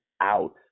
out